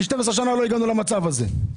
כי 12 שנה לא הגענו למצב הזה.